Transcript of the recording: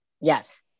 yes